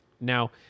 Now